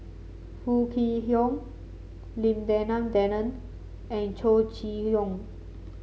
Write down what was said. Foo Kwee Horng Lim Denan Denon and Chow Chee Yong